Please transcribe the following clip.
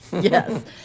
Yes